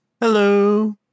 Hello